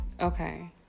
Okay